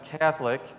Catholic